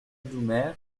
doumer